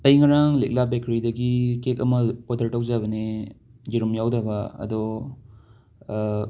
ꯑꯩ ꯉꯔꯥꯡ ꯂꯤꯛꯂꯥ ꯕꯦꯀꯔꯤꯗꯒꯤ ꯀꯦꯛ ꯑꯃ ꯑꯣꯗꯔ ꯇꯧꯖꯕꯅꯦ ꯌꯦꯔꯨꯝ ꯌꯥꯎꯗꯕ ꯑꯗꯣ